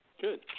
Good